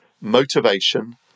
motivation